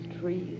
trees